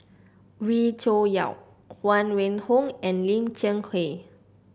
Wee Cho Yaw Huang Wenhong and Lim Cheng Hoe